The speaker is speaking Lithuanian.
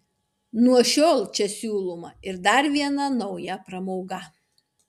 nuo šiol čia siūloma ir dar viena nauja pramoga